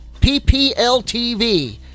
PPLTV